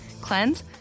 Cleanse